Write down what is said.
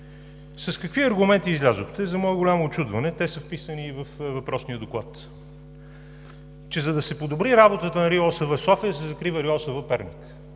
С какви аргументи излязохте? За мое голямо учудване те са вписани и във въпросния доклад – че, за да се подобри работата на РИОСВ – София, се закрива РИОСВ – Перник.